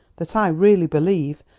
that i really believe,